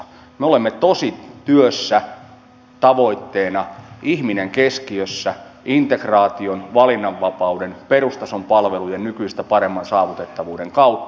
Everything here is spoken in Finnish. me olemme tosi työssä tavoitteena ihminen keskiössä integraation valinnanvapauden perustason palvelujen nykyistä paremman saavutettavuuden kautta